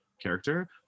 character